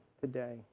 today